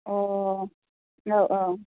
औ औ